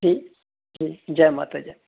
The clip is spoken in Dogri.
ठीक जय माता दी जय